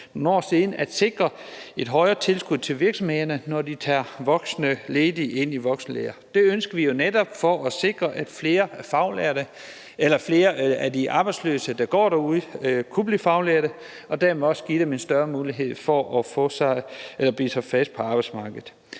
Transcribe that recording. nogle år siden at sikre et højere tilskud til virksomhederne, når de tager voksne ledige ind i voksenlære. Det ønsker vi jo netop for at sikre, at flere af de arbejdsløse, der går derude, kunne blive faglærte, og dermed også give dem en større mulighed for at bide sig fast på arbejdsmarkedet.